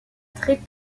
très